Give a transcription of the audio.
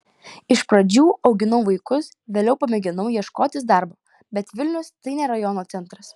iš pradžių auginau vaikus vėliau pamėginau ieškotis darbo bet vilnius tai ne rajono centras